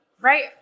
right